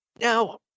Now